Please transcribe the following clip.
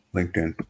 LinkedIn